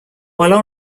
while